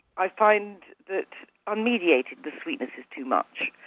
i find that unmediated the sweetness is too much.